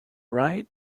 right